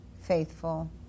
faithful